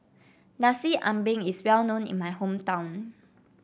Nasi Ambeng is well known in my hometown